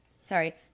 Sorry